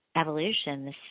evolution